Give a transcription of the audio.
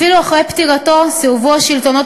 אפילו אחרי פטירתו סירבו השלטונות